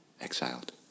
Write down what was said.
exiled